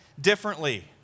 differently